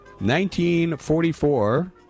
1944